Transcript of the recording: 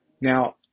Now